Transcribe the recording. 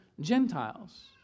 Gentiles